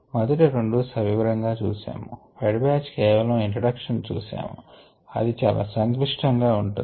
మొదటి రెండు సవివరంగా చూశాము ఫెడ్ బ్యాచ్ కేవలం ఇంట్రడక్షన్ చూశాము ఇది చాలా సంక్లిష్టం గా ఉంటుంది